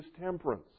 temperance